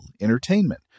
entertainment